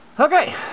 Okay